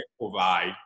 provide